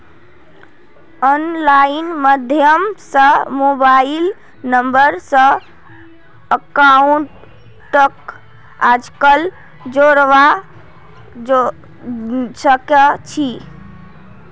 online माध्यम स mobile number स अकाउंटक आजकल जोडवा सके छी